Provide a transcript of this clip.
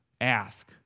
ask